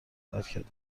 حرکت